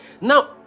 Now